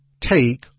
take